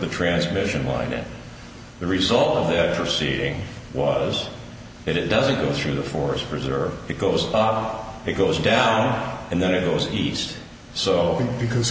the transmission line and the result of the receiving was that it doesn't go through the forest preserve it goes off it goes down and then it goes east so because